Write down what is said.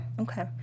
okay